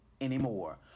anymore